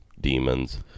demons